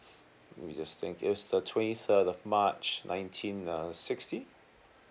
let me just think is the twenty third of march nineteen uh sixty